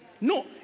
no